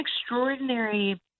extraordinary